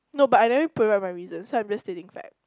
no but I never provide my reason so I'm just stating fact